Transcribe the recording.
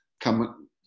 come